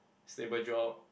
stable job